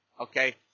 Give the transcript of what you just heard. okay